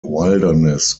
wilderness